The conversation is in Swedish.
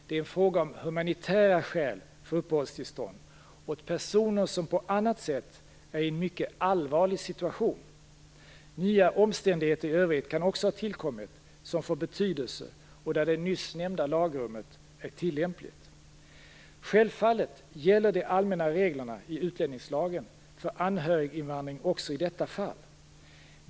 Det är fråga om humanitära skäl för uppehållstillstånd åt personer som på annat sätt är i en mycket allvarlig situation. Nya omständigheter i övrigt kan också ha tillkommit som får betydelse och där det nyss nämnda lagrummet är tillämpligt. Självfallet gäller de allmänna reglerna i utlänningslagen för anhöriginvandring också i detta fall.